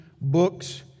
books